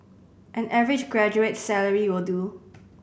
an average graduate's salary will do